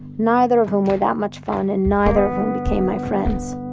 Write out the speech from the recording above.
neither of whom were that much fun, and neither of whom became my friends.